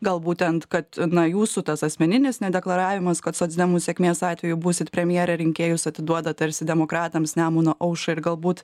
gal būtent kad nuo jūsų tas asmeninis nedeklaravimas kad socdemų sėkmės atveju būsit premjere rinkėjus atiduoda tarsi demokratams nemuno aušrai ir galbūt